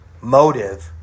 motive